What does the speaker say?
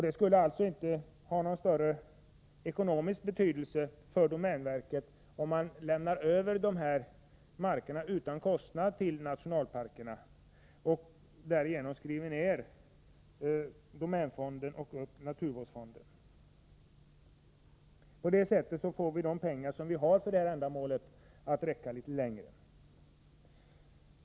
Det skulle alltså inte ha någon större ekonomisk betydelse för domänverket, om verket utan kostnader lämnade över dessa marker till nationalparkerna och därigenom skrev ned domänfonden och upp naturvårdsfonden. På det sättet får vi de pengar som vi har för detta ändamål att räcka litet längre.